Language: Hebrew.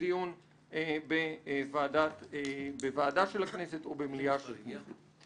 דיון בוועדה של הכנסת או במליאה של הכנסת.